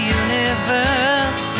universe